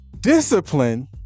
discipline